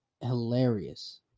hilarious